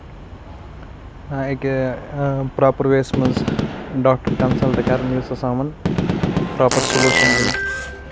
اَکہِ پراپر ویس منٛز ڈاکٹر کَنسلٹ کرُن یُس ہسا یِمَن پراپر سلوٗشن دی